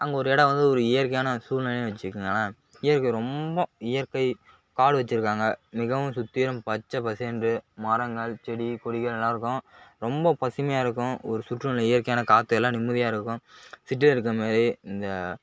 அங்கே ஒரு இடம் வந்து ஒரு இயற்கையான சூழ்நிலைனு வச்சிக்குங்களேன் இயற்கை ரொம்போ இயற்கை காடு வச்சிருக்காங்க மிகவும் சுத்திளும் பச்சைப்பசேல்ண்டு மரங்கள் செடி கொடிகள் நல்லா இருக்கும் ரொம்ப பசுமையாக இருக்கும் ஒரு சுற்றுநிலை இயற்கையான காற்று எல்லாம் நிம்மதியாக இருக்கும் சிட்டியில இருக்குறமாதிரி இந்த